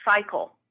cycle